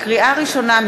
לקריאה ראשונה,